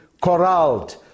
corralled